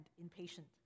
impatient